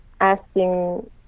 asking